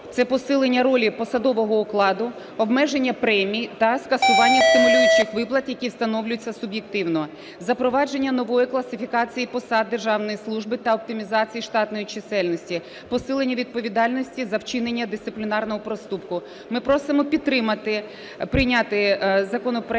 Це посилення ролі посадового окладу, обмеження премій та скасування стимулюючих виплат, які встановлюються суб'єктивно. Запровадження нової класифікації посад державної служби та оптимізації штатної чисельності, посилення відповідальності за вчинення дисциплінарного проступку. Ми просимо підтримати, прийняти законопроект